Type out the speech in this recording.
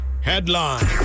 headline